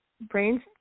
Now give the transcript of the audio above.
brains